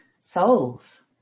souls